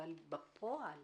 אבל בפועל